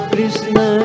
Krishna